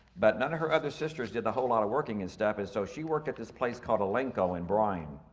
but none of her other sisters did the whole lot of working and stuff, and so she worked at this place called the linkcare and bryan.